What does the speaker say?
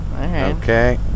Okay